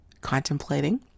contemplating